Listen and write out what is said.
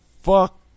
Fuck